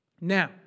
Now